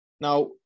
Now